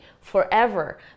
forever